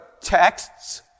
texts